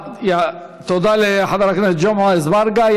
תודה לחבר הכנסת ג'מעה אזברגה.